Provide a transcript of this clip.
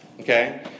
okay